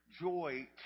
joy